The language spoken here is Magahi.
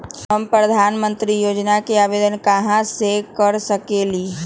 हम प्रधानमंत्री योजना के आवेदन कहा से कर सकेली?